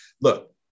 look